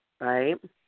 right